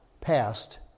passed